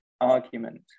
argument